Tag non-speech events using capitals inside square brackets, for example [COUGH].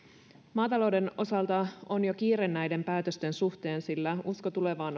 maatalouden osalta on jo kiire näiden päätösten suhteen sillä on tärkeää usko tulevaan [UNINTELLIGIBLE]